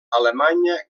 alemanya